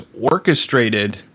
orchestrated